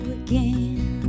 again